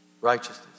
righteousness